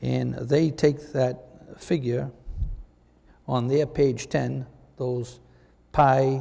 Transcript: and they take that figure on their page ten those pie